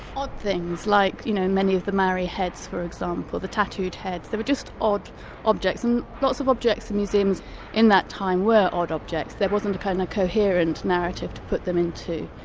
odd things, like you know many of the maori heads for example, the tattooed heads they were just odd objects, and lots of objects in museums in that time were odd objects, there wasn't a kind of coherent narrative to put them into,